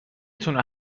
تونه